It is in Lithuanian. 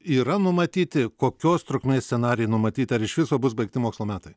yra numatyti kokios trukmės scenarijai numatyti ar iš viso bus baigti mokslo metai